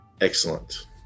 excellent